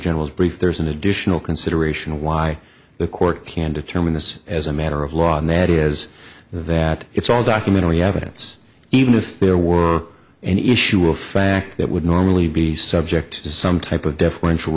general's brief there's an addition consideration why the court can determine this as a matter of law and that is that it's all documentary evidence even if there were an issue of fact that would normally be subject to some type of d